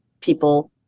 people